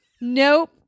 Nope